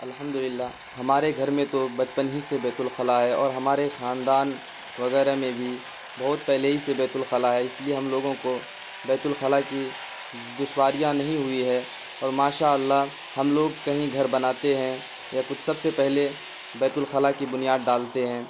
الحمداللہ ہمارے گھر میں تو بچپن ہی سے بیت الخلاء ہے اور ہمارے خاندان وغیرہ میں بھی بہت پہلے ہی سے بیت الخلاء ہے اس لیے ہم لوگوں کو بیت الخلاء کی دشواریاں نہیں ہوئی ہیں اور ماشاء اللہ ہم لوگ کہیں گھر بناتے ہیں یا کچھ سب سے پہلے بیت الخلاء کی بنیاد ڈالتے ہیں